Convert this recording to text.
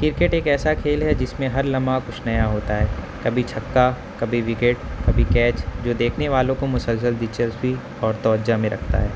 cricket ایک ایسا کھیل ہے جس میں ہر لمحہ کچھ نیا ہوتا ہے کبھی چھکا کبھی وکٹ کبھی کیچ جو دیکھنے والوں کو مسلسل دلچسپی اور توجہ میں رکھتا ہے